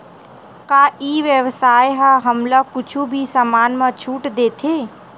का ई व्यवसाय ह हमला कुछु भी समान मा छुट देथे?